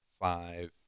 five